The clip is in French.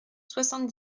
soixante